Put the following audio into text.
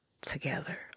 together